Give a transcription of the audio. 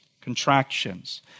contractions